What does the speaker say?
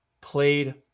played